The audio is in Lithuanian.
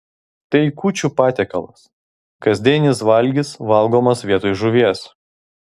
tai kūčių patiekalas kasdienis valgis valgomas vietoj žuvies